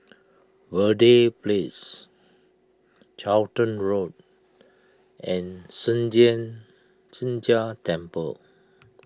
Verde Place Charlton Road and Sheng Jian Sheng Jia Temple